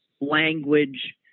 language